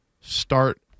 start